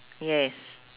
yes